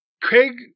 Craig